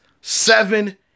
seven